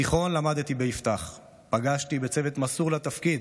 בתיכון למדתי ביפתח, פגשתי בצוות מסור לתפקיד,